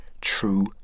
true